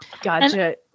Gotcha